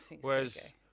whereas